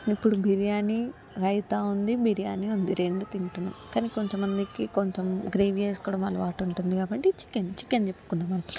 ఇప్పుడు బిర్యానీ రైతా ఉంది బిర్యానీ ఉంది రెండు తింటున్న కానీ కొంతమందికి కొంచెం గ్రేవీ వేస్కోవడం అలవాటు ఉంటుంది కాబట్టి చికెన్ చికెన్ చెప్పుకుందాం మనం